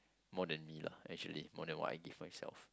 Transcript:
more than me lah actually more than what I give myself